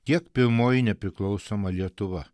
kiek pirmoji nepriklausoma lietuva